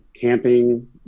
camping